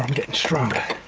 getting stronger.